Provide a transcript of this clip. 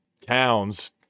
towns